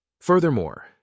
Furthermore